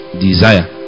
desire